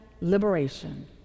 liberation